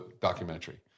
documentary